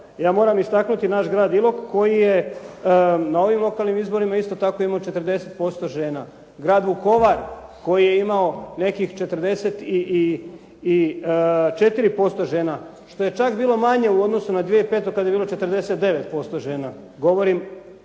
ja moram istaknuti naš grad Ilok koji je na ovim lokalnim izborima isto tako imao 40% žena. Grad Vukovar koji je imao nekih 44% žena što je čak bilo manje u odnosu na 2005. kad je bilo 49% žena.